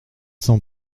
cent